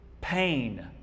pain